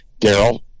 Daryl